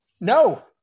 No